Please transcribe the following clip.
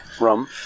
rum